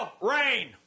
rain